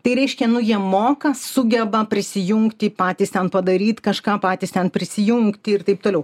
tai reiškia nu jie moka sugeba prisijungti patys ten padaryt kažką patys ten prisijungti ir taip toliau